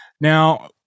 Now